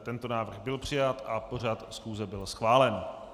Tento návrh byl přijat a pořad schůze byl schválen.